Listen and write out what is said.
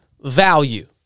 value